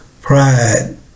pride